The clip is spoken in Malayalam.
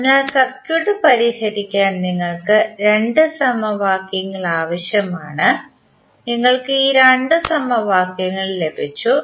അതിനാൽ സർക്യൂട്ട് പരിഹരിക്കാൻ നിങ്ങൾക്ക് രണ്ട് സമവാക്യങ്ങൾ ആവശ്യമാണ് നിങ്ങൾക്ക് ഈ രണ്ട് സമവാക്യങ്ങളും ലഭിച്ചു